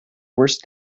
worst